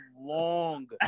long